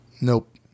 Nope